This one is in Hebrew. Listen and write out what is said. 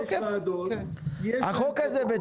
כן, כן.